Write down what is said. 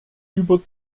über